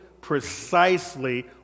precisely